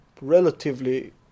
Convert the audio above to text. relatively